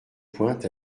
pointe